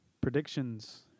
predictions